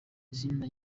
izina